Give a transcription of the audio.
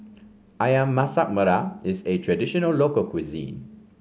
ayam Masak Merah is a traditional local cuisine